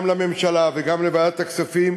גם לממשלה וגם לוועדת הכספים,